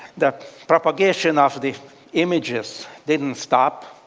the propagation of the images didn't stop.